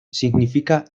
significa